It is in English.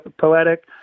poetic